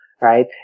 right